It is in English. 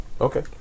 Okay